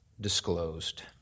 disclosed